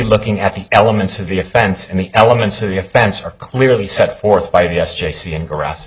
looking at the elements of the offense and the elements of the offense are clearly set forth by yes j c in gra